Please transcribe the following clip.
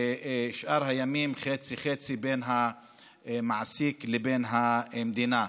ואת שאר הימים חצי חצי בין המעסיק לבין המדינה.